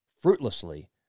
fruitlessly